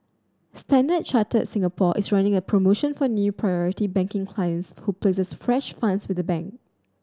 Standard Chartered Singapore is running a promotion for new Priority Banking clients who places fresh funds with the bank